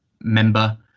member